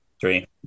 Three